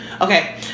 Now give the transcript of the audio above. okay